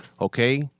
okay